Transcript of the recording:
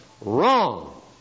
Wrong